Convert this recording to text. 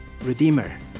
Redeemer